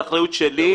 זו אחריות שלי.